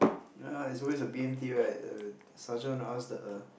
ya it's always the B_M_T right err sergeant want to ask the err